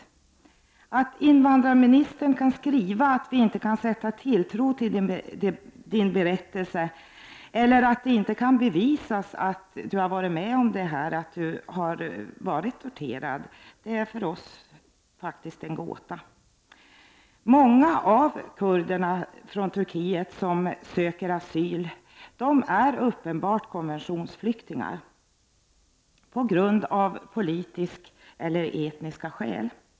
Att invandrarministern kan skriva att man inte kan sätta tilltro till dessa berättelser eller att det inte kan bevisas att någon har blivit torterad är faktiskt en gåta för OSS. Många av de kurder från Turkiet som söker asyl är uppenbart konventionsflyktingar av politiska eller etniska skäl.